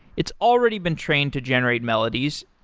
it's already been trained to generate melodies.